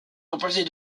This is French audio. composée